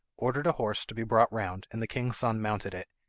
ordered a horse to be brought round, and the king's son mounted it,